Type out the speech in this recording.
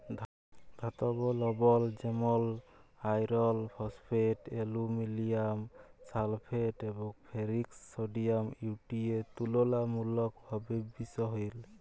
ধাতব লবল যেমল আয়রল ফসফেট, আলুমিলিয়াম সালফেট এবং ফেরিক সডিয়াম ইউ.টি.এ তুললামূলকভাবে বিশহিল